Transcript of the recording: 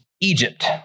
Egypt